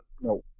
no